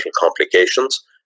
complications